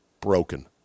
broken